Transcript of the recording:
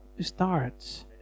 starts